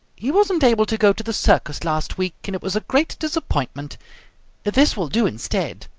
he wasn't able to go to the circus last week, and it was a great disappointment this will do instead.